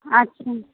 अच्छा